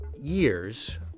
years